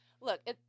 look